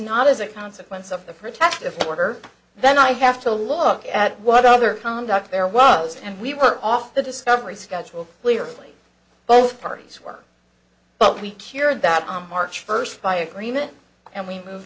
not as a consequence of the protective order then i have to look at what other conduct there was and we were off the discovery schedule clearly both parties work but we cured that on march first by agreement and we move